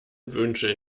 wünsche